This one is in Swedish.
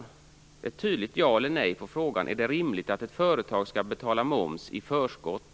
Jag vill ha ett tydligt ja eller nej på frågan om det är rimligt att ett företag skall betala moms i förskott.